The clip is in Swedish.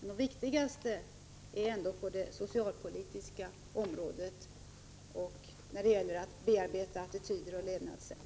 Men viktigast är ändå åtgärder på det socialpolitiska området och att bearbeta attityder och levnadssätt.